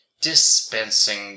dispensing